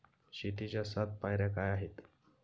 शेतीच्या सात पायऱ्या काय आहेत?